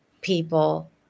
people